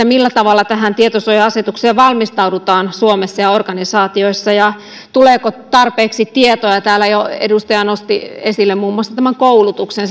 millä tavalla tähän tietosuoja asetukseen valmistaudutaan suomessa ja organisaatioissa ja tuleeko tarpeeksi tietoa täällä jo edustaja nosti esille muun muassa koulutuksen